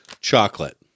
chocolate